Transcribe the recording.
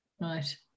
Right